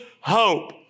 hope